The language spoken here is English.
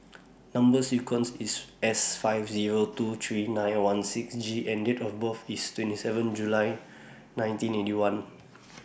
Number sequence IS S five Zero two three nine one six G and Date of birth IS twenty seven July nineteen Eighty One